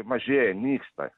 mažėja nyksta